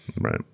Right